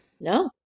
No